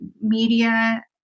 media